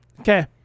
Okay